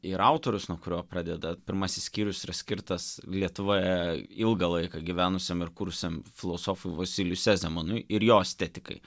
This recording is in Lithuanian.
ir autorius nuo kurio pradeda pirmasis skyrius skirtas lietuvoje ilgą laiką gyvenusiam ir kūrusiam filosofui vosyliui sezemanui ir jos estetikai